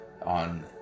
on